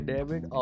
David